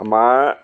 আমাৰ